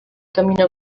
camina